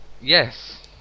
yes